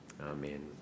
Amen